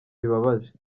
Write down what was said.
bibabaje